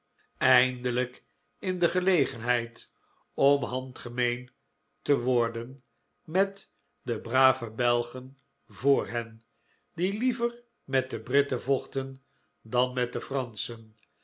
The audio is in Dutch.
eindelijk in de gelegenheid om handgemeen te worden met de brave belgen voor hen die liever met de britten vochten dan met de franschen